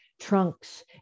trunks